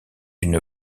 une